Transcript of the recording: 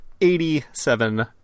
Eighty-seven